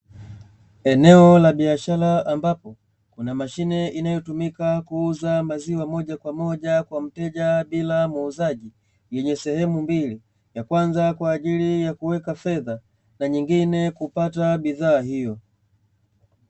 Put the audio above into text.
Eneo la biashara ambapo kuna mashine inayotumika kuuza maziwa moja kwa moja kwa mteja bila muuzaji, yenye sehemu mbili. Ya kwanza kwa ajili ya kuweka fedha, na nyingine kupata bidhaa hiyo.